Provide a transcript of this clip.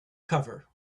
cover